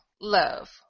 Love